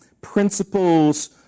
principles